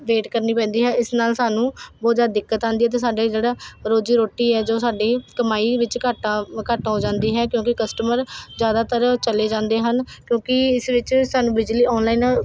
wait ਕਰਨੀ ਪੈਂਦੀ ਹੈ ਇਸ ਨਾਲ ਸਾਨੂੰ ਬਹੁਤ ਜ਼ਿਆਦਾ ਦਿੱਕਤ ਆਉਂਦੀ ਹੈ ਅਤੇ ਸਾਡੇ ਜਿਹੜਾ ਰੋਜ਼ੀ ਰੋਟੀ ਹੈ ਜੋ ਸਾਡੀ ਕਮਾਈ ਵਿੱਚ ਘਾਟਾ ਘੱਟ ਹੋ ਜਾਂਦੀ ਹੈ ਕਿਉਂਕਿ ਕਸਟਮਰ ਜ਼ਿਆਦਾਤਰ ਚਲੇ ਜਾਂਦੇ ਹਨ ਕਿਉਂਕਿ ਇਸ ਵਿੱਚ ਸਾਨੂੰ ਬਿਜਲੀ ਆਨਲਾਈਨ